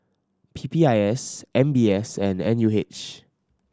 P P I S M B S and N U H